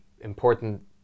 important